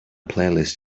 playlist